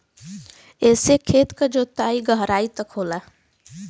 एसे खेत के जोताई गहराई तक होला